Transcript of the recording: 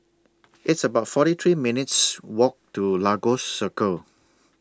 It's about forty three minutes' Walk to Lagos Circle